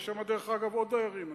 יש שם, דרך אגב, עוד דיירים.